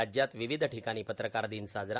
राज्यात विविध ठिकाणी पत्रकार दिन साजरा